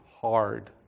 hard